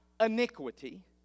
iniquity